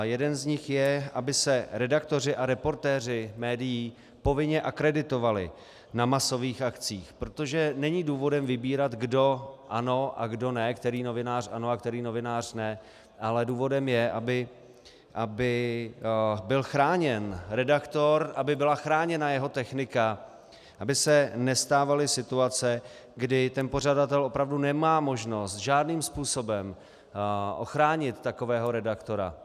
Jeden z nich je, aby se redaktoři a reportéři médií povinně akreditovali na masových akcích, protože není důvodem vybírat, kdo ano a kdo ne, který novinář ano a který novinář ne, ale důvodem je, aby byl chráněn redaktor, aby byla chráněna jeho technika, aby se nestávaly situace, kdy pořadatel opravdu nemá možnost žádným způsobem ochránit takového redaktora.